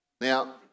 Now